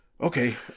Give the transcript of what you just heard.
okay